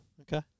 Okay